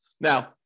Now